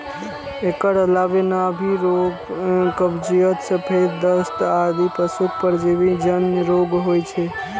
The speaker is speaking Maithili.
एकर अलावे नाभि रोग, कब्जियत, सफेद दस्त आदि पशुक परजीवी जन्य रोग होइ छै